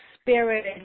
spirit